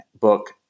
book